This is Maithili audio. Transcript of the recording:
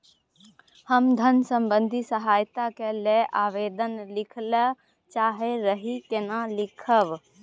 हम धन संबंधी सहायता के लैल आवेदन लिखय ल चाहैत रही केना लिखब?